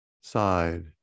side